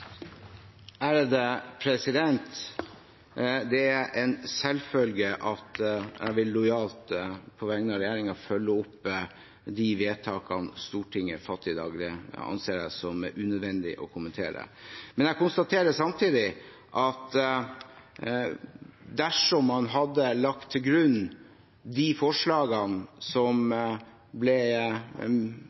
dag. Det anser jeg som unødvendig å kommentere. Men jeg konstaterer samtidig at dersom man hadde lagt til grunn de forslagene som ble